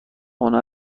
هنر